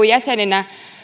jäsenenä